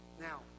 Now